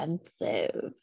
expensive